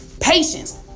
Patience